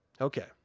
Okay